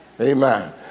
amen